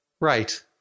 right